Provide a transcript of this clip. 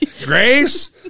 Grace